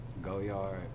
Goyard